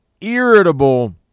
irritable